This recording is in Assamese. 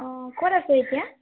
অ' ক'ত আছে এতিয়া